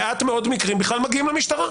מעט מאוד מקרים בכלל מגיעים למשטרה.